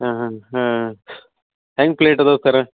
ಹಾಂ ಹಾಂ ಹಾಂ ಹೆಂಗೆ ಪ್ಲೇಟ್ ಅದಾವೆ ಸರ